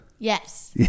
Yes